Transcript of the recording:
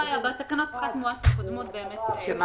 בתקנות פחת מואץ הקודמות זה לא היה.